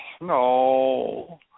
no